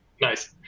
Nice